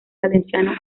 valenciano